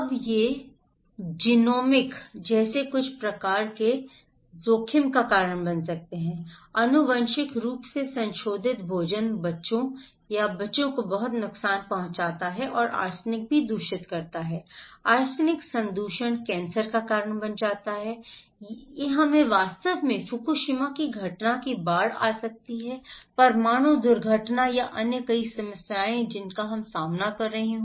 अब यह जीनोमिक जैसे कुछ प्रकार के जोखिम का कारण बन सकता है आनुवंशिक रूप से संशोधित भोजन बच्चों बच्चों को बहुत नुकसान पहुंचा सकता है और आर्सेनिक भी दूषित कर सकता है आर्सेनिक संदूषण कैंसर का कारण बन सकता है या हमें वास्तव में फुकुशिमा की घटनाओं की बाढ़ आ सकती है परमाणु दुर्घटना या अन्य कई समस्याएं जिनका हम सामना कर रहे हैं